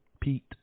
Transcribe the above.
Pete